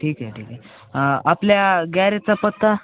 ठीक आहे ठीक आहे आपल्या गॅरेजचा पत्ता